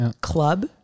club